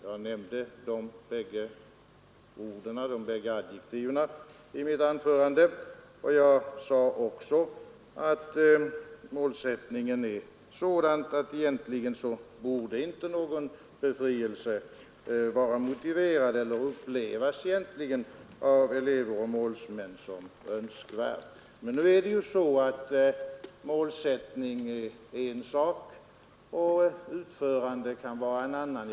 Jag använde de bägge adjektiven i mitt anförande, och jag sade också att målsättningen är sådan att någon befrielse egentligen inte borde vara motiverad eller upplevas av elever och målsmän som önskvärd. Men målsättning är en sak och utförande kan vara en annan.